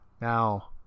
Now